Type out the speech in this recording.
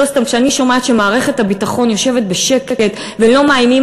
לא סתם כשאני שומעת שמערכת הביטחון יושבת בשקט ולא מאיימים